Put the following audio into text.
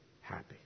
happy